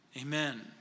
Amen